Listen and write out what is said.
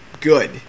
good